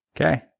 Okay